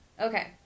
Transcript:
Okay